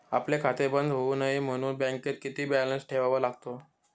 आपले खाते बंद होऊ नये म्हणून बँकेत किती बॅलन्स ठेवावा लागतो?